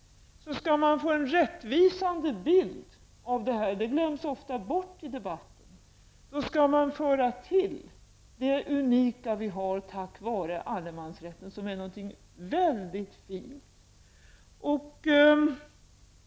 Skall man få en rättvisande bild av detta skall man föra till det unika vi har tack vare allemansrätten. Det glöms ofta bort i debatten. Allemansrätten är någonting mycket fint.